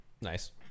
nice